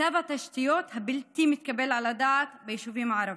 מצב התשתיות הבלתי-מתקבל על הדעת ביישובים הערביים.